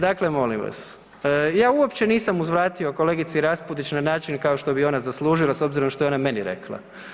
Dakle molim vas, ja uopće nisam uzvratio kolegici Raspudić na način kao što bi ona zaslužila s obzirom što je ona meni rekla.